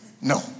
No